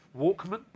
Walkman